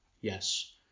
Yes